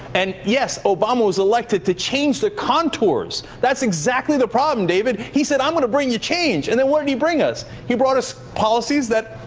and yes, obama was elected to change the contours. that's exactly the problem, david. he said i'm going to bring you change, and then what did he bring us? he brought us policies that,